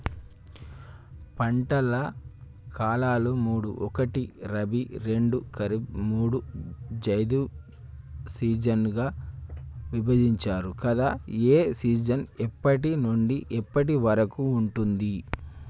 పంటల కాలాలు మూడు ఒకటి రబీ రెండు ఖరీఫ్ మూడు జైద్ సీజన్లుగా విభజించారు కదా ఏ సీజన్ ఎప్పటి నుండి ఎప్పటి వరకు ఉంటుంది?